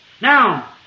Now